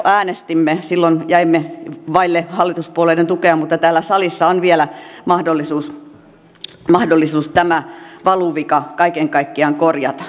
silloin jäimme vaille hallituspuolueiden tukea mutta täällä salissa on vielä mahdollisuus tämä valuvika kaiken kaikkiaan korjata